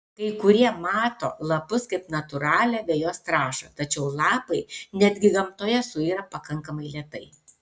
kai kurie mato lapus kaip natūralią vejos trąšą tačiau lapai netgi gamtoje suyra pakankamai lėtai